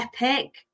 epic